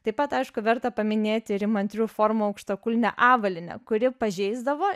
taip pat aišku verta paminėti ir įmantrių formų aukštakulnę avalynę kuri pažeisdavo